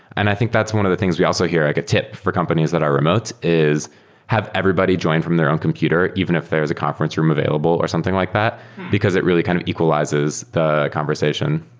and i think that's one of the things we also hear, like a tip for companies that are remote, is have everybody join from their own computer even if there is a conference room available or something like that because it really kind of equalizes the conversation